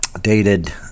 dated